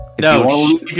no